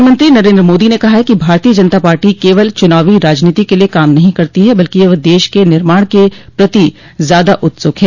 प्रधानमंत्री नरेन्द्र मोदी ने कहा है कि भारतीय जनता पार्टी केवल चुनावी राजनीति के लिए काम नहीं करती है बल्कि वह देश के निर्माण के प्रति ज्यादा उत्सुक है